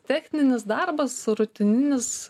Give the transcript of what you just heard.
techninis darbas rutininis